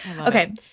okay